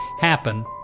happen